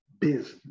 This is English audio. business